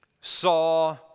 saw